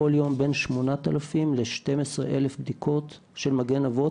יום בין 8,000 ל-12,000 בדיקות של "מגן אבות",